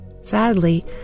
Sadly